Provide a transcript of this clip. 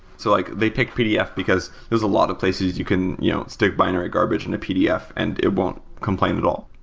so like they pick pdf because there's a lot of places you can you know stick binary garbage in a pdf and it won't complain at all.